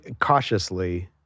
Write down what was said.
cautiously